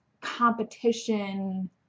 competition